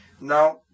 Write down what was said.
Now